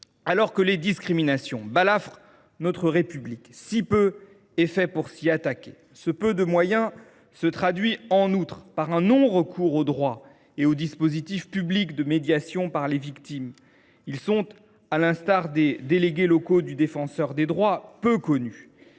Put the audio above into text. Alors que les discriminations balafrent notre République, si peu est fait pour s’y attaquer ! Ce peu de moyens se traduit, en outre, par un non recours au droit et aux dispositifs publics de médiation par les victimes, qui, à l’instar des délégués locaux du Défenseur des droits, demeurent